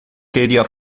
queria